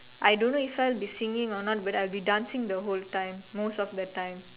I don't know if I'll be singing or not but I'll be dancing the whole time most of the time